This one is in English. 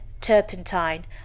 turpentine